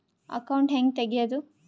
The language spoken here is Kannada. ಅಕೌಂಟ್ ಹ್ಯಾಂಗ ತೆಗ್ಯಾದು?